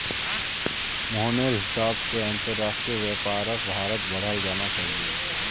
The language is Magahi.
मोहनेर हिसाब से अंतरराष्ट्रीय व्यापारक भारत्त बढ़ाल जाना चाहिए